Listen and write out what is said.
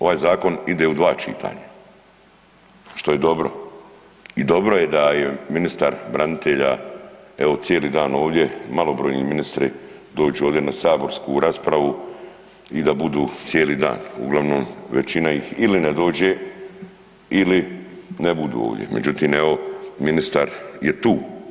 Ovaj Zakon ide u dva čitanja, što je dobro i dobro je da je ministar branitelja, evo cijeli dan ovdje, malobrojni ministri dođu ovdje na saborsku raspravu i da budu cijeli dan, uglavnom većina ih ili ne dođe ili ne budu ovdje, međutim, evo ministar je tu.